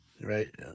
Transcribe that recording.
right